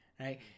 right